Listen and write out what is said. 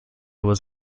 was